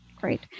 Great